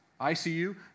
ICU